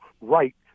right